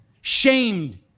shamed